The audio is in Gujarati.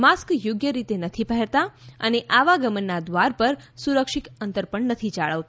માસ્ક યોગ્ય રીતે નથી પહેરતા અને આવા ગમનના દ્વાર પર સુરક્ષિત અંતર પણ નથી જાળવતા